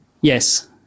yes